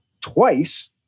twice